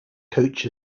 coach